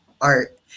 art